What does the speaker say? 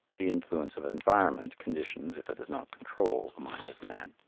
the influence of environment conditions, if it does not control, the mind of man.